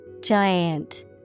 giant